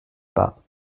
pas